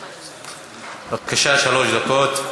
בבקשה, שלוש דקות.